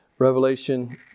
Revelation